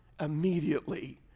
immediately